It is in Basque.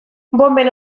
bonben